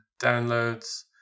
downloads